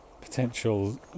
potential